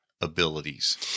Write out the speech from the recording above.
abilities